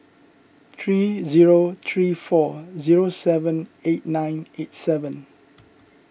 three zero three four zero seven eight nine eight seven